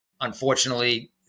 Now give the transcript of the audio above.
Unfortunately